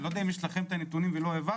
אני לא יודע אם יש לכם את הנתונים ולא העברתם,